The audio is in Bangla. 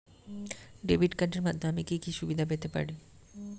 ডেবিট কার্ডের মাধ্যমে আমি কি কি সুবিধা পেতে পারি?